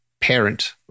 parent